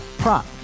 prop